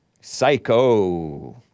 Psycho